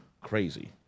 crazy